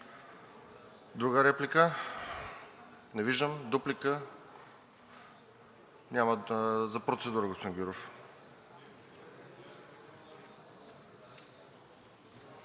Друга реплика? Не виждам. Дуплика? Няма. За процедура, господин Гюров.